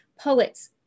poets